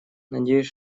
надеюсь